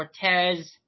Cortez